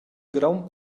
grond